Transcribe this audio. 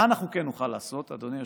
מה אנחנו כן נוכל לעשות, אדוני היושב-ראש?